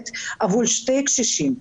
עובדת עבור שני קשישים.